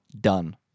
done